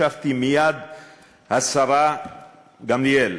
השרה גמליאל,